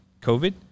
COVID